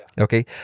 Okay